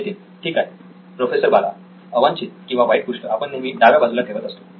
नितीन ठीक आहे प्रोफेसर बाला अवांछित किंवा वाईट गोष्ट आपण नेहमी डाव्या बाजूला ठेवत असतो